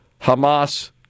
Hamas